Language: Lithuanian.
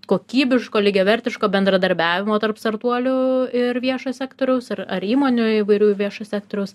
kokybiško lygiavertiško bendradarbiavimo tarp startuolių ir viešo sektoriaus ar ar įmonių įvairių viešo sektoriaus